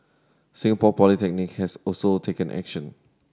Singapore Polytechnic has also taken action